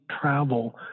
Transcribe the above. travel